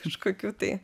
kažkokių tai